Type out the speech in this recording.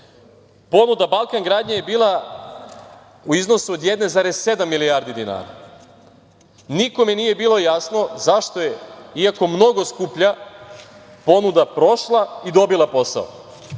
Ponuda „Balkan gradnje“ je bila u iznosu 1,7 milijardi dinara, i nikome nije bilo jasno, zašto je, i ako mnogo skuplja ponuda prošla i dobila posao. Ono